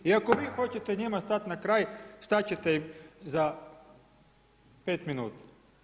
I ako vi hoćete njima stat na kraj, stat ćete im za 5 minuta.